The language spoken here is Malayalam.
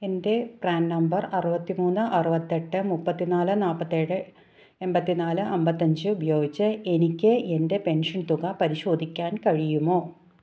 എൻ്റെ പ്രാൻ നമ്പർ അറുപത്തിമൂന്ന് അറുപത്തെട്ട് മുപ്പത്തിനാല് നാൽപ്പത്തേഴ് എൺപത്തിനാല് അമ്പത്തഞ്ച് ഉപയോഗിച്ച് എനിക്ക് എൻ്റെ പെൻഷൻ തുക പരിശോധിക്കാൻ കഴിയുമോ